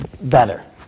better